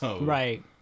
Right